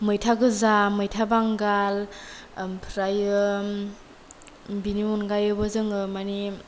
मैथा गोजा मैथा बांगाल आमफ्रायो बिनि अनगायैबो जोङो मानि